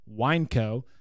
Wineco